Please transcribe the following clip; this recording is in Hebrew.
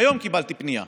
עומדות לפקוע עוד הלילה,